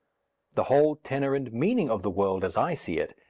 the whole tenor and meaning of the world, as i see it,